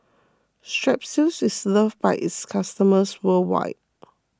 Strepsils is loved by its customers worldwide